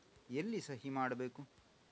ಎಲ್ಲಿ ಸಹಿ ಮಾಡಬೇಕು?